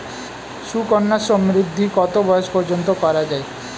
সুকন্যা সমৃদ্ধী কত বয়স পর্যন্ত করা যায়?